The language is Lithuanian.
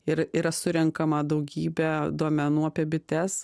ir yra surenkama daugybę duomenų apie bites